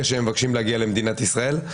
מהרגע שהם מבקשים להגיע למדינת ישראל,